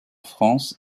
france